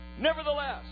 nevertheless